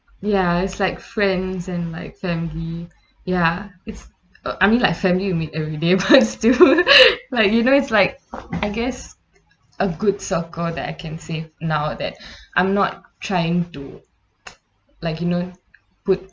ya it's like friends and like family ya it's uh I mean like family you meet every day but still like you know it's like I guess a good circle that I can say now that I'm not trying to like you know put